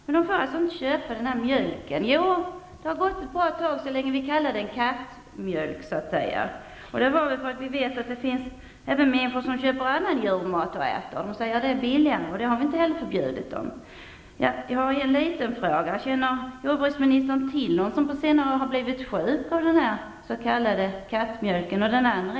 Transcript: Men folk får alltså inte köpa den här mjölken. Jo, det har gått så länge den har kallats kattmat. Det är väl för att vi vet att det finns människor som köper även annan djurmat och äter; de säger att det är billigare. Det har vi inte heller förbjudit dem. Jag har en liten fråga: Känner jordbruksministern till någon som blivit sjuk av den s.k. kattmjölken under senare år?